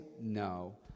no